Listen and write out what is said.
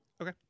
Okay